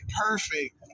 perfect